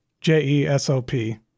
J-E-S-O-P